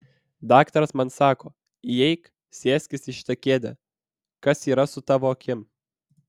daktaras man sako įeik sėskis į šitą kėdę kas yra su tavo akim